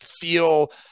feel